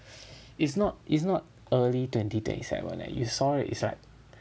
it's not it's not early twenty twenty seven eh you saw it it's like